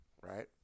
right